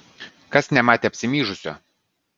kas nematė apsimyžusio